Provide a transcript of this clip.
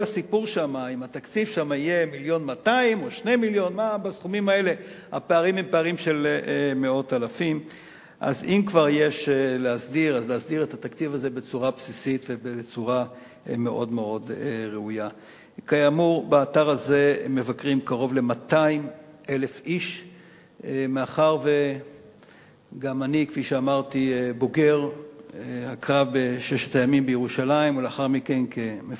פעילות חקלאית על-ידי ישראלים בשטחי B. 2. כידוע לכם,